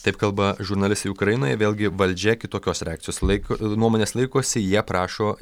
taip kalba žurnalistai ukrainoje vėlgi valdžia kitokios reakcijos laiko nuomonės laikosi jie prašo